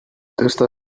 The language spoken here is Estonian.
tõsta